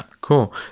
Cool